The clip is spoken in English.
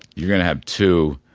you're going to have two